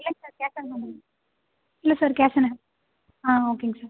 இல்லை sir cash on தான் பண்ணுவோம் இல்லை சார் கேஷ் ஆனு ஆ ஓகேங்க சார்